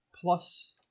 plus